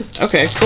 okay